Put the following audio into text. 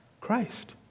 Christ